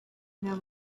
know